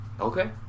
Okay